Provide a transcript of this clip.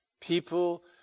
People